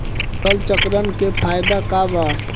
फसल चक्रण के फायदा का बा?